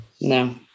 no